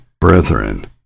Brethren